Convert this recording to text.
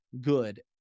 good